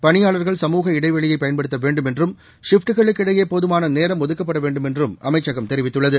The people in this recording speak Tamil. பணியாளர்கள் சமுக இடைவெளியைப் பயன்படுத்த வேண்டும் என்றும் ஷிப்ட்டுகளுக்கு இடையே போதுமான நேரம் ஒதுக்கப்பட வேண்டும் என்றும் அமைச்சகம் தெரிவித்துள்ளது